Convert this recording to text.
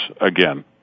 again